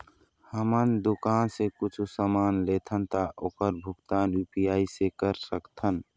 हमन दुकान से कुछू समान लेथन ता ओकर भुगतान यू.पी.आई से कर सकथन?